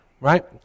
right